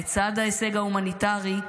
לצד ההישג ההומניטרי,